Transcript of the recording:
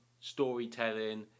storytelling